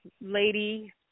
Lady